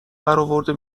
براورده